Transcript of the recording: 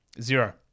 Zero